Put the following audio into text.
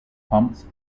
pumps